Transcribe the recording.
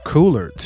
Cooler